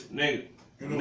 nigga